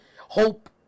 hope